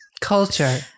Culture